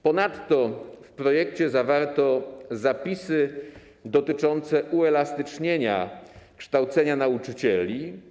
Ponadto w projekcie zawarto zapisy dotyczące uelastycznienia kształcenia nauczycieli.